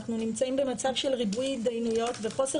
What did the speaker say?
אנחנו נמצאים במצב של ריבוי הידיינויות וחוסר